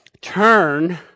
turn